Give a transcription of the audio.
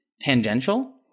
tangential